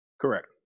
Correct